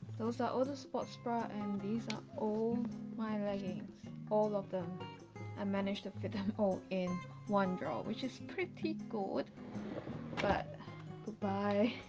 those that other spots pratt and these are all my leggings all of them i managed to fit them all in one draw, which is pretty good but goodbye